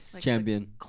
Champion